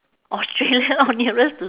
australia orh nearest to